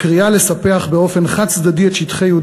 הקריאה לספח באופן חד-צדדי את שטחי יהודה